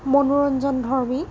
মনোৰঞ্জনধৰ্মী